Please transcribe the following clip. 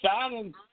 Signing